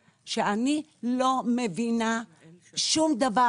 היא הביאה לי טפסים שאני לא מבינה שום דבר,